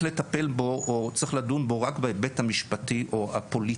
לטפל בו או צריך לדון בו רק בהיבט המשפטי או הפוליטי.